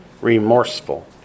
remorseful